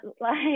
like-